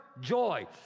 joy